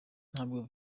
ntabwo